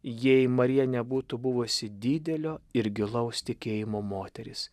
jei marija nebūtų buvusi didelio ir gilaus tikėjimo moteris